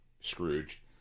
Scrooge